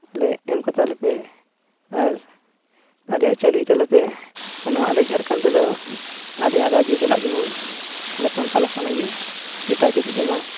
ᱟᱞᱮ ᱮᱢ ᱠᱟᱛᱟ ᱞᱮᱯᱮ ᱟᱨ ᱟᱞᱮᱭᱟᱜ ᱪᱟᱹᱞᱩᱭ ᱛᱟᱞᱮ ᱯᱮ ᱟᱨ ᱱᱚᱣᱟ ᱟᱞᱮ ᱡᱷᱟᱲᱠᱷᱚᱸᱰ ᱨᱮᱫᱚ ᱟᱞᱮᱭᱟᱜ ᱨᱟᱡᱽᱡᱚ ᱪᱟᱞᱟᱜ ᱡᱮᱢᱚᱱ ᱟᱞᱮ ᱥᱟᱱᱛᱟᱞ ᱦᱚᱯᱚᱱᱟᱜ ᱜᱮ ᱮᱴᱟᱜ ᱡᱟᱹᱛᱟᱜ ᱫᱚ ᱵᱟᱝ